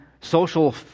social